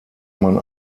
man